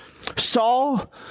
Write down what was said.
Saul